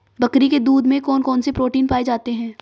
बकरी के दूध में कौन कौनसे प्रोटीन पाए जाते हैं?